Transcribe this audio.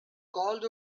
called